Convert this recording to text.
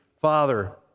Father